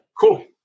Cool